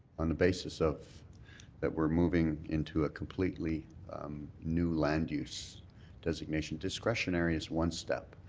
on the basis of that we're moving into a completely new land use destination, discretionary is one step.